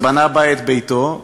ובנה בה את ביתו,